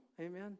Amen